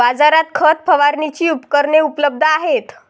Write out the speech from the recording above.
बाजारात खत फवारणीची उपकरणे उपलब्ध आहेत